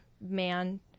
man